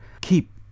keep